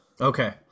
Okay